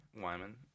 wyman